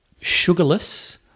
sugarless